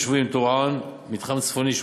ליישובים טורעאן מתחם צפוני,